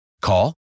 Call